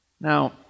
Now